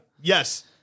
Yes